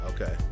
Okay